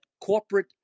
corporate